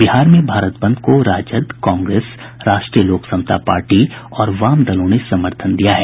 बिहार में भारत बंद को राजद कांग्रेस राष्ट्रीय लोक समता पार्टी और वाम दलों ने समर्थन दिया है